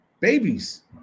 babies